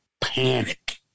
panic